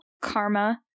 Karma